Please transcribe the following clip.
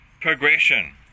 progression